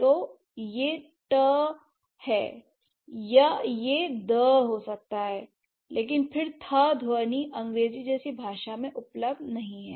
या तो यह t है या यह ð हो सकता है लेकिन फिर θ ध्वनि अंग्रेजी जैसी भाषा में उपलब्ध नहीं है